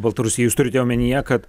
baltarusija jūs turite omenyje kad